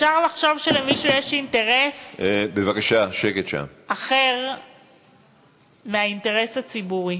אפשר לחשוב שלמישהו יש אינטרס אחר מהאינטרס הציבורי.